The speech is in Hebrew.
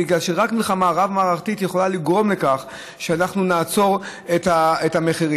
בגלל שרק מלחמה רב-מערכתית יכולה לגרום לכך שאנחנו נעצור את המחירים.